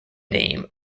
name